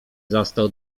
zastał